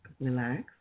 relax